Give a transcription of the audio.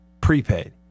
Prepaid